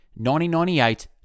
1998